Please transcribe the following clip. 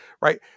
Right